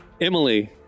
Emily